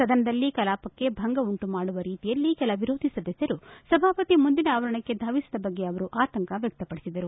ಸದನದಲ್ಲಿ ಕಲಾಪಕ್ಕೆ ಭಂಗ ಉಂಟು ಮಾಡುವ ರೀತಿಯಲ್ಲಿ ಕೆಲ ವಿರೋಧಿ ಸದಸ್ಯರು ಸಭಾಪತಿ ಮುಂದಿನ ಆವರಣಕ್ಕೆ ಧಾವಿಸಿದ ಬಗ್ಗೆ ಅವರು ಆತಂಕ ವ್ಯಕ್ತಪಡಿಸಿದರು